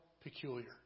peculiar